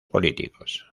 políticos